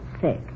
sick